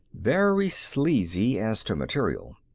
very sleazy as to material.